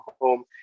home